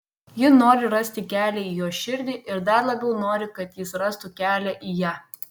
ji nori rasti kelią į jo širdį ir dar labiau nori kad jis rastų kelią į ją